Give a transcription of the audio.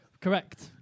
Correct